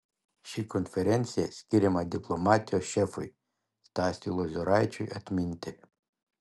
ši konferencija skiriama diplomatijos šefui stasiui lozoraičiui atminti